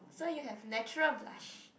so you have natural blush